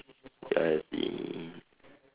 ya I see